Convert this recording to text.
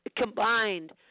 combined